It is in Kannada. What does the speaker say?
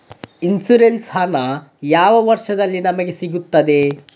ಇನ್ಸೂರೆನ್ಸ್ ಹಣ ಯಾವ ವರ್ಷದಲ್ಲಿ ನಮಗೆ ಸಿಗುತ್ತದೆ?